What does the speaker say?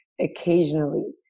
occasionally